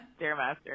Stairmaster